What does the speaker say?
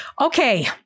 Okay